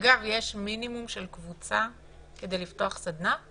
אגב, יש מינימום של קבוצה כדי לפתוח סדנה?